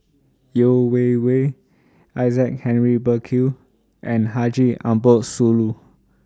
Yeo Wei Wei Isaac Henry Burkill and Haji Ambo Sooloh